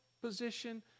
position